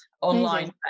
online